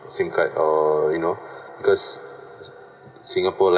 sim card or you know because singapore